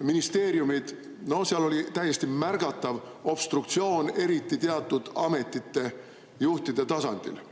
ministeeriumides oli täiesti märgatav obstruktsioon, eriti teatud ametite juhtide tasandil.